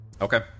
Okay